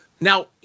now